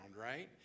right